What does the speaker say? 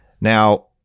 Now